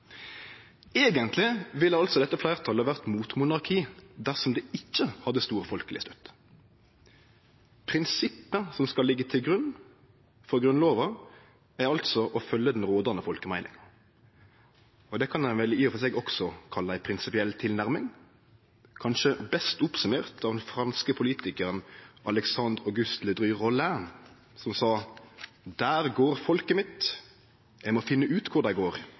Eigentleg ville altså dette fleirtalet vore mot monarki dersom det ikkje hadde stor folkeleg støtte. Prinsippet som skal liggje til grunn for Grunnlova, er altså å følgje den rådande folkemeininga. Det kan ein vel i og for seg også kalle ei prinsipiell tilnærming, kanskje best summert opp av den franske politikaren Alexandre Auguste Ledru-Rollin, som sa: Der går folket mitt! Eg må finne ut kvar dei går,